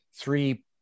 three